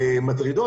מטרידות,